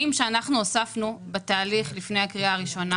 שאנחנו הוספנו בתהליך לפני הקריאה הראשונה.